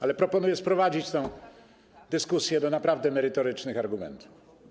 Ale proponuję sprowadzić tę dyskusję do naprawdę merytorycznych argumentów.